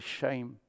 shame